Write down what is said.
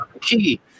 key